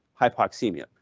hypoxemia